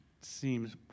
seems